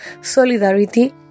solidarity